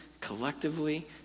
collectively